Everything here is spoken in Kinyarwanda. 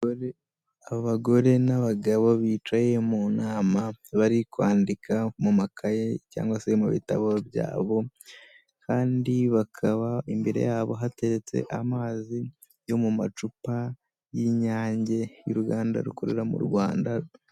Abagore n'abagabo bicaye mu nama bari kwandika mu makaye cyangwa se mu bitabo byabo kandi bakaba imbere yabo hateretse amazi yo mu macupa y'Inyange y'uruganda rukorera mu Rwanda.